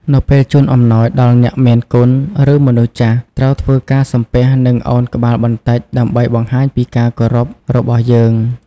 នៅពេលជូនអំណោយដល់អ្នកមានគុណ ឬមនុស្សចាស់ ត្រូវធ្វើការ សំពះ និង ឱនក្បាលបន្តិច ដើម្បីបង្ហាញពីការគោរពរបស់យើង។